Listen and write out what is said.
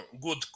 good